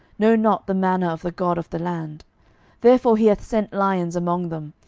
know not the manner of the god of the land therefore he hath sent lions among them,